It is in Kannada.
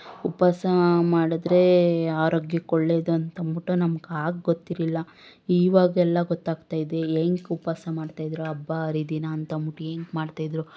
ಉಪ್ವಾಸ ಮಾಡಿದ್ರೆ ಆರೋಗ್ಯಕ್ಕೆ ಒಳ್ಳೇದು ಅಂತ ಅಂದ್ಬಿಟ್ಟು ನಮ್ಗೆ ಆಗ ಗೊತ್ತಿರಲಿಲ್ಲ ಇವಾಗೆಲ್ಲ ಗೊತ್ತಾಗ್ತಾ ಇದೆ ಏಕೆ ಉಪ್ವಾಸ ಮಾಡ್ತಾ ಇದ್ರು ಹಬ್ಬ ಹರಿ ದಿನ ಅಂತ ಅಂದ್ಬಿಟ್ಟು ಏಕೆ ಮಾಡ್ತಾ ಇದ್ರು